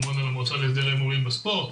המועצה להסדר ההימורים בספורט.